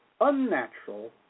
unnatural